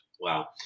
Wow